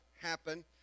happen